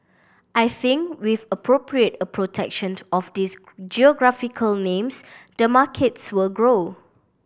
I think with appropriate a protection to of these geographical names the markets will grow